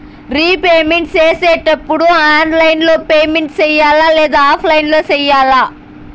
repayment సేసేటప్పుడు online లో payment సేయాలా లేదా ఆఫ్లైన్ లో సేయాలా